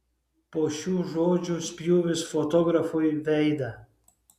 po šių žodžių spjūvis fotografui veidą